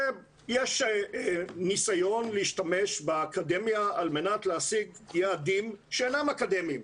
יש ניסיון להשתמש באקדמיה על מנת להשיג יעדים שאינם אקדמיים,